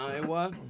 Iowa